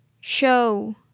show